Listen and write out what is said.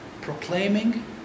Proclaiming